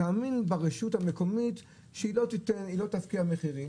תאמין ברשות המקומית שהיא לא תפקיע מחירים,